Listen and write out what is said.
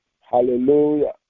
Hallelujah